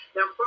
Now